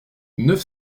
neuf